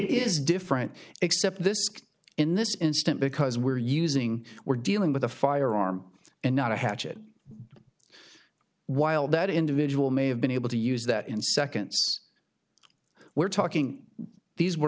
is different except this in this instance because we're using we're dealing with a firearm and not a hatchet while that individual may have been able to use that in seconds we're talking these were